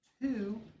two